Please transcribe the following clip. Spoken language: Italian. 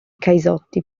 caisotti